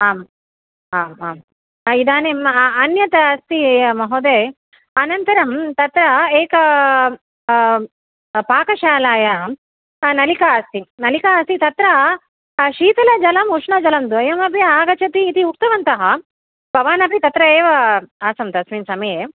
आम् आम् इदानीम् अन्यत् अस्ति महोदय अनन्तरं तत्र एक पाकशालायां सा नलिका अस्ति नलिका अस्ति तत्र शीतलजलम् उष्णजलं द्वयमपि आगच्छति इति उक्तवन्तः भवानपि तत्र एव आसीत् तस्मिन् समये